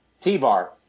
T-Bar